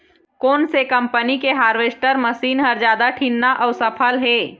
कोन से कम्पनी के हारवेस्टर मशीन हर जादा ठीन्ना अऊ सफल हे?